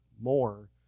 more